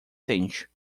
sente